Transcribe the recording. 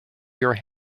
your